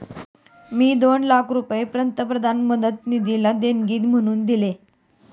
मी दोन लाख रुपये पंतप्रधान मदत निधीला देणगी म्हणून दिले